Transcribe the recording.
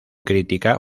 crítica